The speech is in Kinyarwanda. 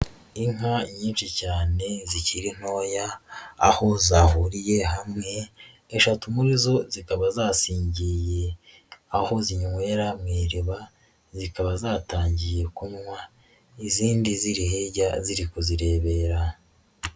Inka nyinshi cyane zikiri ntoya aho zahuriye hamwe, eshatu muri zo zikaba zasingiye aho zinywera mu iriba zikaba zatangiye kunywa, izindi ziri hirya ziri kuzirebera.